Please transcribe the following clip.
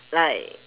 like